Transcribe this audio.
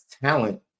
talent